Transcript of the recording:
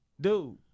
dude